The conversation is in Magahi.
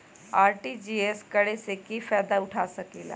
आर.टी.जी.एस करे से की फायदा उठा सकीला?